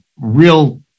real